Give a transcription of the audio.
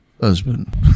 husband